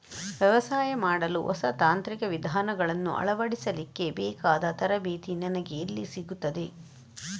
ವ್ಯವಸಾಯ ಮಾಡಲು ಹೊಸ ತಾಂತ್ರಿಕ ವಿಧಾನಗಳನ್ನು ಅಳವಡಿಸಲಿಕ್ಕೆ ಬೇಕಾದ ತರಬೇತಿ ನನಗೆ ಎಲ್ಲಿ ಸಿಗುತ್ತದೆ?